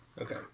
Okay